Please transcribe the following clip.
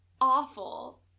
awful